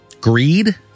greed